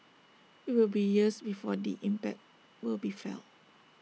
IT will be years before the impact will be felt